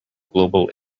global